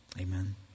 Amen